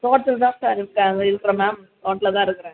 தோட்டத்தில் தான் சார் இருக்காங்க இருக்கிறேன் மேம் தோட்டத்தில் தான் இருக்கிறேன்